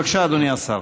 בבקשה, אדוני השר.